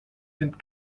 sind